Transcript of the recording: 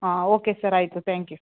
ಹಾಂ okay sir ಆಯಿತು thank you